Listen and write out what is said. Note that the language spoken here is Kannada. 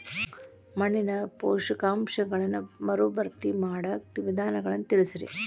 ಮಣ್ಣಿನ ಪೋಷಕಾಂಶಗಳನ್ನ ಮರುಭರ್ತಿ ಮಾಡಾಕ ವಿಧಾನಗಳನ್ನ ತಿಳಸ್ರಿ